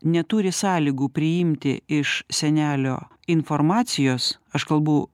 neturi sąlygų priimti iš senelio informacijos aš kalbu